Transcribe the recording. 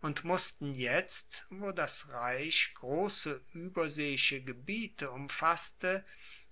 und mussten jetzt wo das reich grosse ueberseeische gebiete umfasste